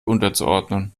unterzuordnen